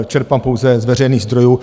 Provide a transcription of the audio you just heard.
Čerpám pouze z veřejných zdrojů.